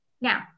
now